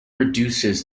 reduces